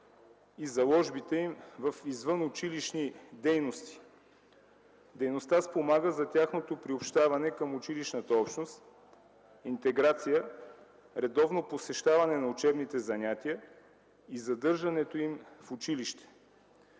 и заложбите им в извънучилищни дейности. Дейността спомага за тяхното приобщаване към училищната общност, интеграция, редовно посещаване на учебните занятия и задържането им в училище.